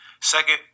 Second